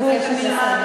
אני מבקשת לסיים.